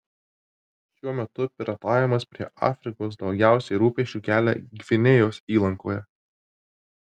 šiuo metu piratavimas prie afrikos daugiausiai rūpesčių kelia gvinėjos įlankoje